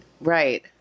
Right